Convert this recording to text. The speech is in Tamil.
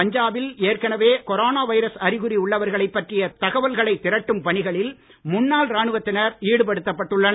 பஞ்சாபில் ஏற்கனவே கொரோனா வைரஸ் அறிகுறி உள்ளவர்கள் பற்றிய தகவல்களை திரட்டும் பணிகளில் முன்னாள் ராணுவத்தினர் ஈடுபடுத்தப்பட்டுள்ளனர்